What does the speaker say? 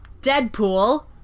Deadpool